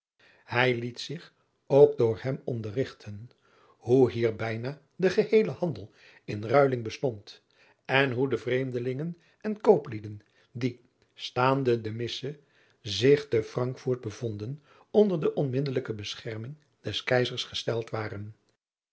ij liet zich ook door hem onderrigten hoe hier bijna de geheele handel in ruiling bestond en hoe de vreemdelingen en kooplieden die staande de isse zich te rankfort bevonden onder de onmiddelijke bescherming des eizers gesteld waren